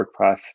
WordPress